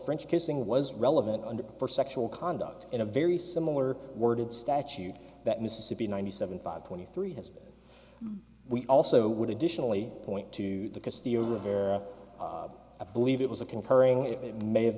french kissing was relevant under her sexual conduct in a very similar worded statute that mississippi ninety seven five twenty three has we also would additionally point to the christie rivera a believe it was a concurring it may have